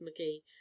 McGee